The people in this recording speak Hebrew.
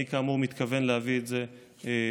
אני כאמור מתכוון להביא את זה בהקדם,